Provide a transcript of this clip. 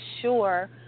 sure